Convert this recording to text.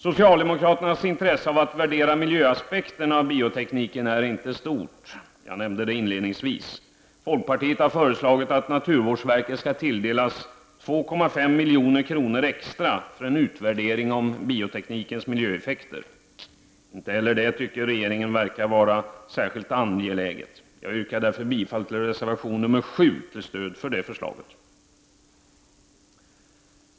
Socialdemokraternas intresse av att värdera miljöaspekterna av biotekniken är inte stort. Jag nämnde det inledningsvis. Folkpartiet har föreslagit att naturvårdsverket skall tilldelas 2,5 milj.kr. extra för en utvärdering av bioteknikens miljöeffekter. Inte heller det tycker regeringen verkar vara särskilt angeläget. Jag yrkar bifall till reservation nr 7 till stöd för det förslaget.